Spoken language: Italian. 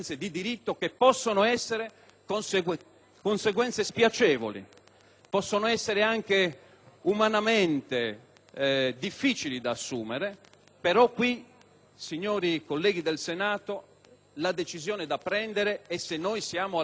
spiacevoli, anche umanamente difficili da assumere, però qui, signori colleghi del Senato, la decisione da prendere è se siamo o meno all'altezza dell'articolo 66 della Costituzione. Vorrei concludere